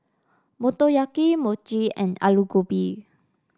Motoyaki Mochi and Alu Gobi